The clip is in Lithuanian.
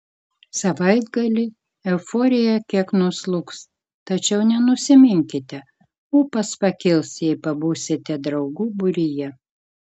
savaitgalį euforija kiek nuslūgs tačiau nenusiminkite ūpas pakils jei pabūsite draugų būryje